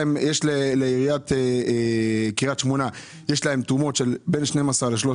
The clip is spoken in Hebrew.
לעיריית קריית שמונה יש תרומות בין 12 ל-13